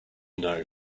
know